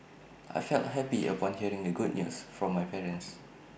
I felt happy upon hearing the good news from my parents